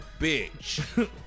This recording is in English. bitch